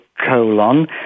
colon